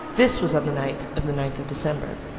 this was on the night of the ninth of december.